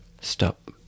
Stop